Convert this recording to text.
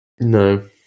no